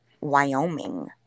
Wyoming